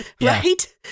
right